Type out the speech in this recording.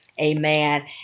amen